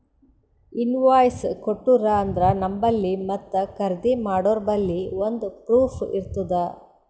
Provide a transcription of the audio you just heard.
invoice ಕೊಟ್ಟೂರು ಅಂದ್ರ ನಂಬಲ್ಲಿ ಮತ್ತ ಖರ್ದಿ ಮಾಡೋರ್ಬಲ್ಲಿ ಒಂದ್ ಪ್ರೂಫ್ ಇರ್ತುದ್